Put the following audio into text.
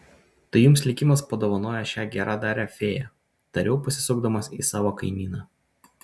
tai jums likimas padovanojo šią geradarę fėją tariau pasisukdamas į savo kaimyną